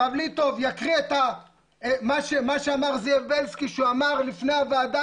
הרב ליטוב יקריא מה שאמר זאב ביילסקי לפני הוועדה,